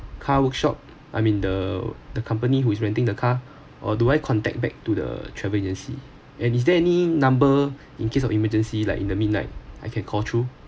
car workshop I mean the the company who is renting the car or do I contact back to the travel agency and is there any number in case of emergency like in the midnight I can call through